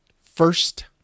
first